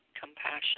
compassion